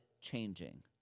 changing